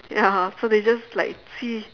ya so they just like see